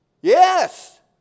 Yes